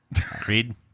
Creed